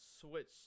switch